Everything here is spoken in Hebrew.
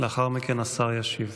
לאחר מכן השר ישיב.